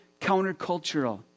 countercultural